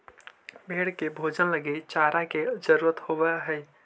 भेंड़ के भोजन लगी चारा के जरूरत होवऽ हइ